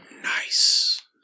Nice